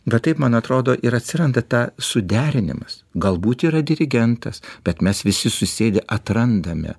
bet taip man atrodo ir atsiranda ta suderinimas galbūt yra dirigentas bet mes visi susėdę atrandame